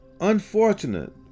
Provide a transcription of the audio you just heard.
unfortunate